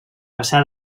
passà